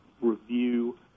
review